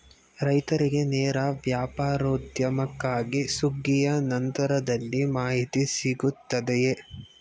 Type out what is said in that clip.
ರೈತರಿಗೆ ನೇರ ವ್ಯಾಪಾರೋದ್ಯಮಕ್ಕಾಗಿ ಸುಗ್ಗಿಯ ನಂತರದಲ್ಲಿ ಮಾಹಿತಿ ಸಿಗುತ್ತದೆಯೇ?